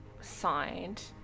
signed